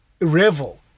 revel